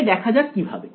তাই দেখা যাক কিভাবে